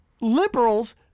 Liberals